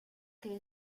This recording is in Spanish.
que